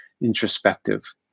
introspective